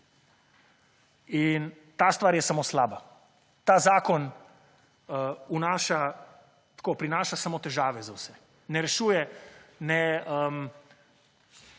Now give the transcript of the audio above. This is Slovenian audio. In ta stvar je samo slaba. Ta zakon vnaša, tako, prinaša samo težave za vse. Ne rešuje, ne